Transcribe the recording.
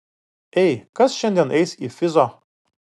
ei kas šiandien eis į fizo